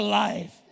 life